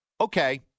Okay